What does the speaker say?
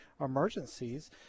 emergencies